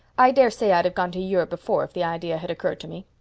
i daresay i'd have gone to europe before if the idea had occurred to me.